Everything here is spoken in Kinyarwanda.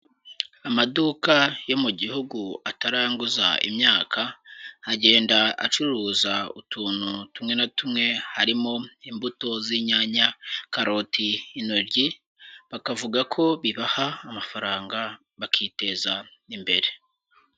Amaduka yo mu gihugu ataranguza imyaka, agenda acuruza utuntu tumwe na tumwe, harimo imbuto z'inyanya, karoti, intoryi, bakavuga ko bibaha amafaranga bakiteza imbere.